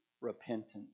repentance